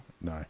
no